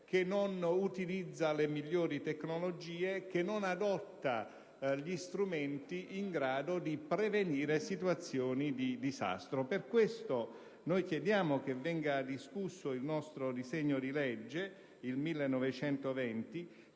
dal non utilizzo delle migliori tecnologie, dalla mancata adozione di strumenti in grado di prevenire situazioni di disastro. Per questo motivo chiediamo che venga discusso il disegno di legge n. 1920,